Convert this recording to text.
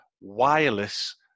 wireless